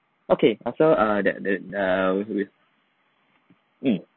okay err so err the the err with mm